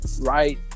right